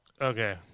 Okay